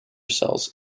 cells